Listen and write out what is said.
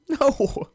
No